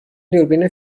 دوربین